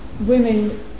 women